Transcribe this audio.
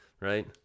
Right